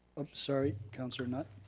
sorry, councilor knutt?